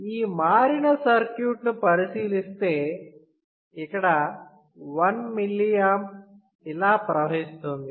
ఈ మారిన సర్క్యూట్ ను పరిశీలిస్తే ఇక్కడ 1mA ఇలా ప్రవహిస్తుంది